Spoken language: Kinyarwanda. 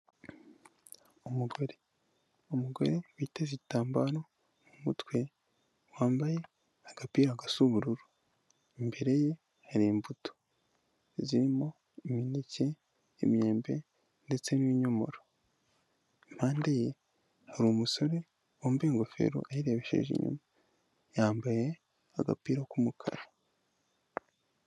Umugore, umugore witeze igitambaro mu mutwe, wambaye agapira gasa ubururu, imbere ye hari imbuto zirimo imineke, imyembe ndetse n'inyomoro, impanda ye hari umusore wambaye ingofero ayirebesheje inyuma, yambaye agapira k'umukara.